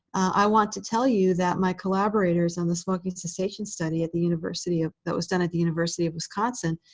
i want to tell you that my collaborators on the smoking cessation study at the university of that was done at the university of wisconsin,